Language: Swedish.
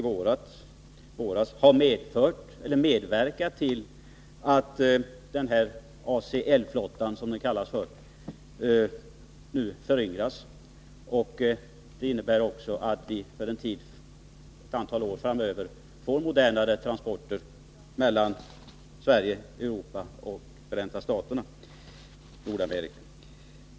Beslutet innebär att ACL-flottan, som den kallas, föryngras. Det innebär också att vi ett antal år framöver får modernare fartyg för transporter mellan Sverige, Europa och Nordamerika.